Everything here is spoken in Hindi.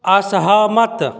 असहमत